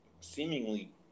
seemingly